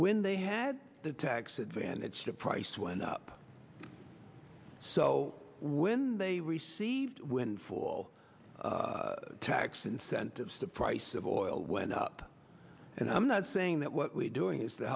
when they had the tax advantage the price went up so when they received windfall tax incentives the price of oil went up and i'm not saying that what we're doing is t